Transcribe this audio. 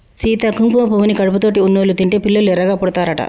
సీత కుంకుమ పువ్వుని కడుపుతోటి ఉన్నోళ్ళు తింటే పిల్లలు ఎర్రగా పుడతారట